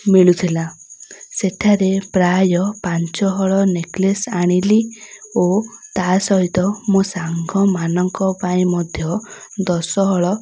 ମିଳୁଥିଲା ସେଠାରେ ପ୍ରାୟ ପାଞ୍ଚହଳ ନେକଲେସ୍ ଆଣିଲି ଓ ତା' ସହିତ ମୋ ସାଙ୍ଗମାନଙ୍କ ପାଇଁ ମଧ୍ୟ ଦଶ ହଳ